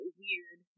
weird